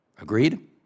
agreed